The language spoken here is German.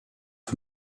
von